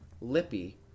Lippy